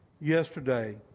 yesterday